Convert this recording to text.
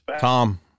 Tom